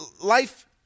Life